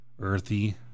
earthy